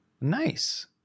Nice